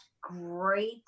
great